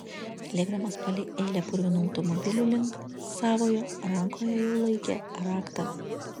lėkdamas palei eilę purvinų automobilių link savojo rankoje jau laikė raktą